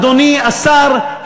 אדוני השר,